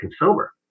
consumer